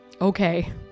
Okay